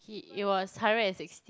he it was hundred and sixty